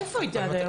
איפה היית עד היום?